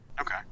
Okay